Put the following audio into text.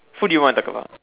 who do you want to talk about